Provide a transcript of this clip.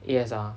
A_S_